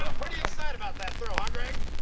pretty excited about that throw, huh, greg?